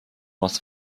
was